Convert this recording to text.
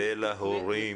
ולהורים.